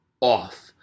off